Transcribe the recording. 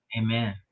Amen